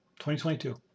2022